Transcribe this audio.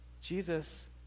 Jesus